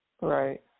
Right